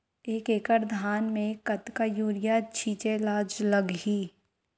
एक एकड़ धान में कतका यूरिया छिंचे ला लगही?